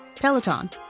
Peloton